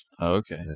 okay